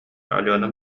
алена